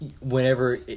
whenever